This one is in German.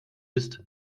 ist